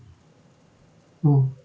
oh